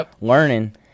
learning